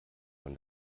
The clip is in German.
von